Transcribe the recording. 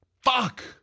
fuck